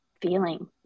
feeling